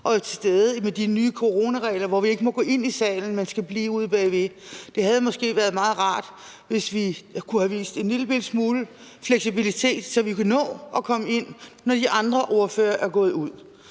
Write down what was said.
og til stede i henhold til de nye coronaregler, hvor vi ikke må gå ind i salen, men skal blive ude bagved. Det havde måske været meget rart, hvis der kunne have været vist en lillebitte smule fleksibilitet, så vi kunne nå at komme ind, når de andre ordførere var gået ud.